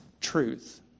truth